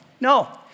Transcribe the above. No